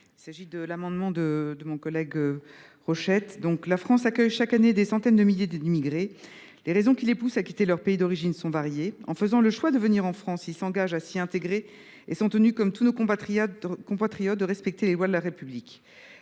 : La parole est à Mme Laure Darcos. La France accueille chaque année des centaines de milliers d’immigrés. Les raisons qui les poussent à quitter leur pays d’origine sont variées. En faisant le choix de venir en France, ils s’engagent à s’y intégrer et sont tenus, comme tous nos compatriotes, de respecter les lois de notre République.